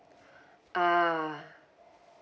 ah